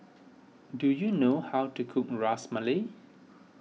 do you know how to cook Ras Malai